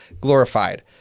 glorified